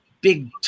big